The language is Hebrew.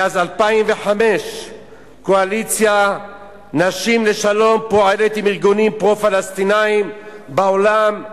מאז 2005 "קואליציית נשים לשלום" פועלת עם ארגונים פרו-פלסטיניים בעולם,